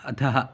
अधः